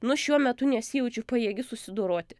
nu šiuo metu nesijaučiu pajėgi susidoroti